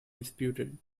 disputed